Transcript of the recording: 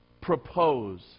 propose